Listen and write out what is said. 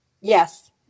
Yes